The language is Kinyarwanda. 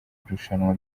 irushanwa